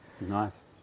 nice